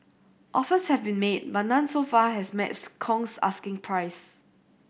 offers have been made but none so far has matched Kong's asking price